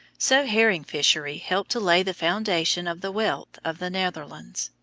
so herring-fishery helped to lay the foundation of the wealth of the netherlands.